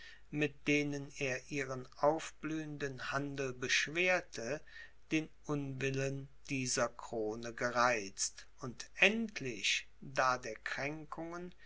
mit denen er ihren aufblühenden handel beschwerte den unwillen dieser krone gereizt und endlich da der